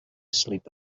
sleep